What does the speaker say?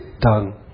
Done